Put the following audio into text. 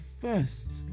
first